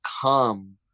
come